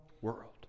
world